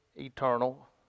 eternal